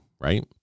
right